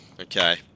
Okay